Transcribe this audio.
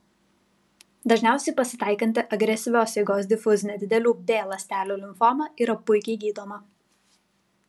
dažniausiai pasitaikanti agresyvios eigos difuzinė didelių b ląstelių limfoma yra puikiai gydoma